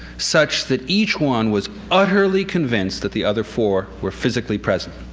such that each one was utterly convinced that the other four were physically present.